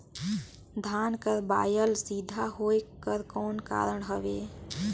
धान कर बायल सीधा होयक कर कौन कारण हवे?